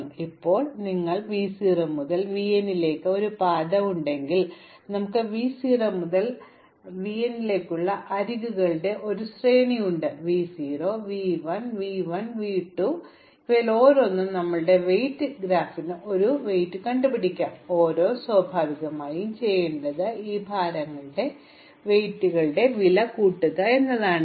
അതിനാൽ ഇപ്പോൾ നിങ്ങൾക്ക് v 0 മുതൽ vn ലേക്ക് ഒരു പാത ഉണ്ടെങ്കിൽ ഞങ്ങൾക്ക് v 0 മുതൽ vn ലേക്ക് ഒരു പാത ഉണ്ടെങ്കിൽ ഞങ്ങൾക്ക് n അരികുകളുടെ ഒരു ശ്രേണി ഉണ്ട് v 0 v 1 v 1 v 2 ഇവയിൽ ഓരോന്നും ഞങ്ങളുടെ വെയ്റ്റഡ് ഗ്രാഫിന് ഒരു ഭാരം ഉണ്ടാകും കൂടാതെ സ്വാഭാവികമായും ചെയ്യേണ്ടത് ഈ ഭാരങ്ങളുടെ വില കൂട്ടുക എന്നതാണ്